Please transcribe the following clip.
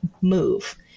move